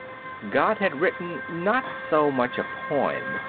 god had written, not so much a poem,